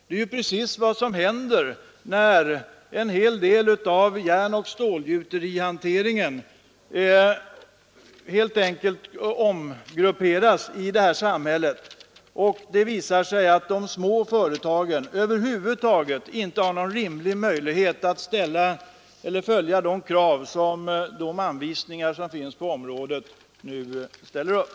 Det är precis vad som i dag sker när en stor del av järnoch stålgjuterihanteringen i det här samhället helt enkelt omgrupperas då det visar sig att de små företagen över huvud taget inte har någon rimlig möjlighet att fylla de krav som anvisningarna på området ställer upp.